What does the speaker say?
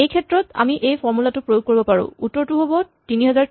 এইক্ষেত্ৰত আমি এই ফৰ্মূলা টো প্ৰয়োগ কৰিব পাৰো উত্তৰটো হ'ব ৩০০৩